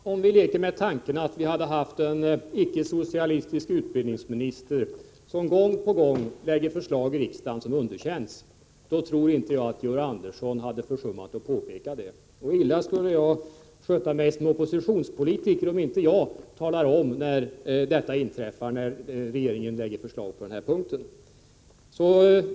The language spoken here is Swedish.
Herr talman! Låt oss leka med tanken att vi hade en icke-socialistisk utbildningsminister som gång på gång lade fram förslag i riksdagen som underkändes! Jag tror inte att Georg Andersson då hade försummat att påpeka detta. Illa skulle jag sköta mig som oppositionspolitiker, om jag inte talade om när regeringen lägger fram förslag på det här området som underkänns.